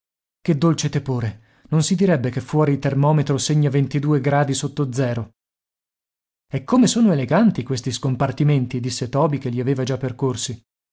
che dolce tepore non si direbbe che fuori il termometro segna sotto zero e come sono eleganti questi scompartimenti disse toby che li aveva già percorsi